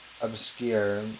obscure